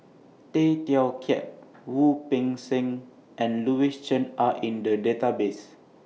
Tay Teow Kiat Wu Peng Seng and Louis Chen Are in The Database